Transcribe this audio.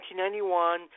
1991